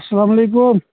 اسلام علیکُم